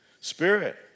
spirit